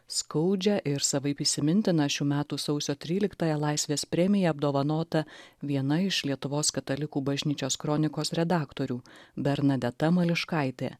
skaudžią ir savaip įsimintiną šių metų sausio tryliktąją laisvės premija apdovanota viena iš lietuvos katalikų bažnyčios kronikos redaktorių bernadeta mališkaitė